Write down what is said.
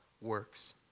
works